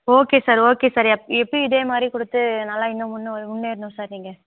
okay sir okay sir எப் எப்பயும் இதே மாதிரி கொடுத்து நல்லா இன்னும் முன்னு முன்னேறனும் சார் நீங்கள்